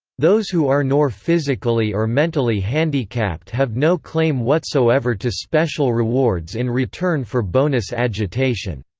those who are nor physically or mentally handicapped have no claim whatsoever to special rewards in return for bonus agitation.